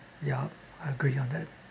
yup I agree on that